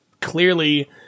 clearly